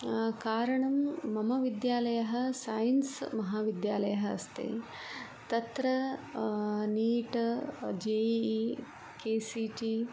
कारणं मम विद्यालयः सैन्स् महाविद्यालयः अस्ति तत्र NEET J E E K C T